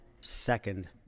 second